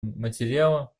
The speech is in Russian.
материала